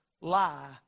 lie